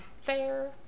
fair